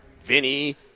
Vinny